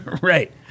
Right